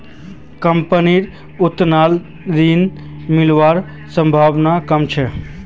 कंपनीर उत्तोलन ऋण मिलवार संभावना कम छ